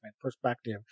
perspective